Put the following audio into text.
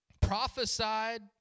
prophesied